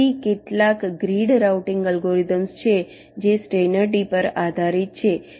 તેથી કેટલાક grid routing algorithms છે જે સ્ટેઈનર ટ્રી પર આધારિત છે